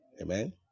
Amen